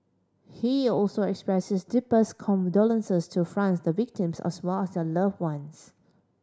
he also expressed his deepest condolences to France the victims as well as their loved ones